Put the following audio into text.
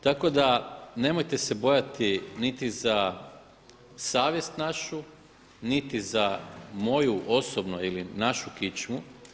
Tako da nemojte se bojati niti za savjest našu, niti za moju osobno ili našu kičmu.